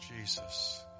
Jesus